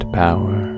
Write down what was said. power